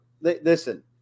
listen